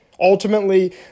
Ultimately